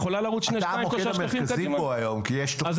אתה המוקד המרכזי פה היום --- אז